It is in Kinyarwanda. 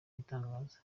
ibitangaza